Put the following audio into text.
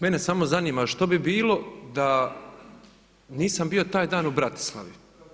Mene samo zanima što bi bilo da nisam bio taj dan u Bratislavi?